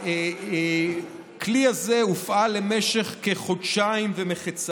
והכלי הזה הופעל למשך כחודשיים ומחצה.